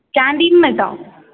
ക്യാന്റീനിൽ നിന്ന് കേട്ടോ